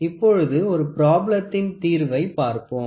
இப்பொழுது ஒரு ப்ராபிளத்தின் தீர்வை பார்ப்போம்